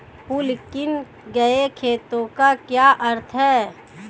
Pool किए गए खातों का क्या अर्थ है?